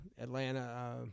Atlanta